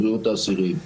האסירים.